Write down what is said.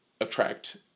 attract